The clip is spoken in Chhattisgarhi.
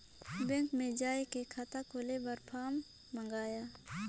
बैंक मे जाय के खाता खोले बर फारम मंगाय?